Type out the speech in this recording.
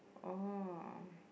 oh